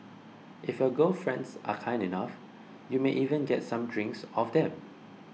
if your gal friends are kind enough you may even get some drinks off them